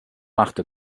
machte